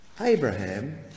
Abraham